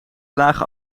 lagen